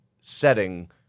setting